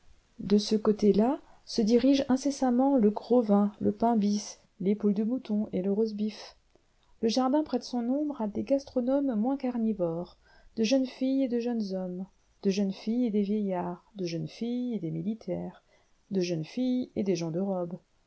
de ce côté-là se dirigent incessamment le gros vin le pain bis l'épaule de mouton et le rosbif le jardin prête son ombre à des gastronomes moins carnivores de jeunes filles et de jeunes hommes de jeunes filles et des vieillards de jeunes filles et des militaires de jeunes filles et des gens de robe